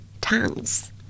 tongues